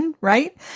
right